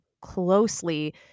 closely—